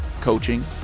coaching